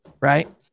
Right